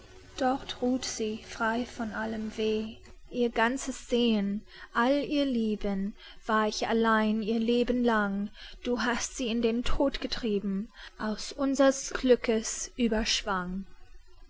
dort ruht sie frei von allem weh ihr ganzes sehnen all ihr lieben war ich allein ihr leben lang du hast sie in den tod getrieben aus unsers glückes